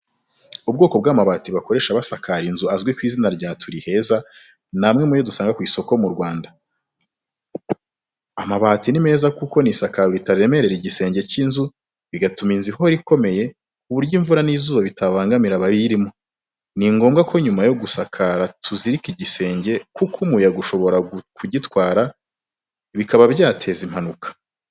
Ubwoko bw'amabati bakoresha basakara inzu azwi ku izina rya Tura Heza, ni amwe mu yo dusanga ku isoko mu Rwanda. Amabati ni meza kuko ni isakaro ritaremerera igisenge cy'inzu, bigatuma inzu ihora ikomeye, ku buryo imvura n’izuba bitabangamira abayirimo. Ni ngombwa ko nyuma yo gusakara tuzirika igisenge kuko umuyaga ushobora kugitwara bikaba byateza impanuka.